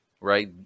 right